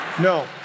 No